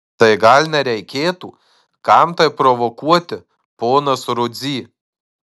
tai gal nereikėtų kam tai provokuoti ponas rudzy